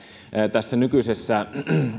tässä nykyisessä